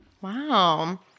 Wow